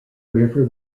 river